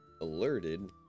alerted